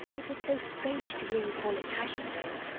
it was so strange to hear you call it passiondale.